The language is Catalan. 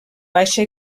baixa